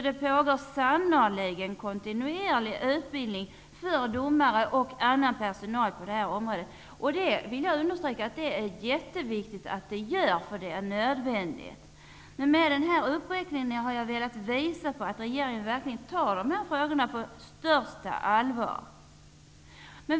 Det pågår alltså sannerligen kontinuerligt utbildning för domare och annan personal på detta område, och jag vill understryka att det är nödvändigt och viktigt. Med denna uppräkning har jag velat visa att regeringen verkligen tar dessa frågor på största allvar.